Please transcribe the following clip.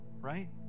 right